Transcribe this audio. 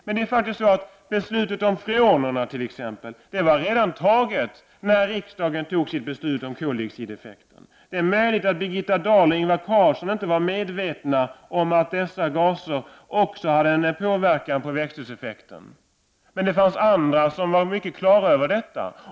Men t.ex. beslutet om freonerna hade fattats när riksdagen fattade beslut i fråga om koldioxideffekten. Det är möjligt att Birgitta Dahl och Ingvar Carlsson inte var medvetna om att dessa gaser också påverkar växthuseffekten. Andra var dock mycket klara över detta.